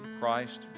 Christ